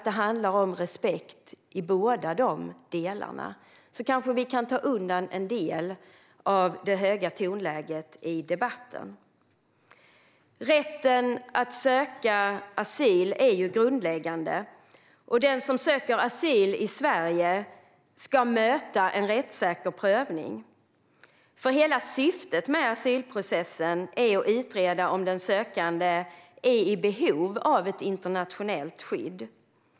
Det handlar om respekt i båda de delarna. Då kanske vi kan ta undan en del av det höga tonläget i debatten. Rätten att söka asyl är grundläggande. Den som söker asyl i Sverige ska möta en rättssäker prövning. Hela syftet med asylprocessen är att utreda om den sökande är i behov av ett internationellt skydd.